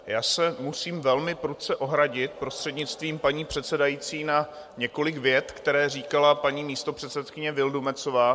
Já se musím velmi prudce ohradit, prostřednictvím paní předsedající, na několik vět, které říkala paní místopředsedkyně Vildumetzová.